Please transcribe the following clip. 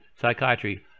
psychiatry